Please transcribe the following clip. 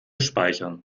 speichern